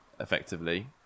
effectively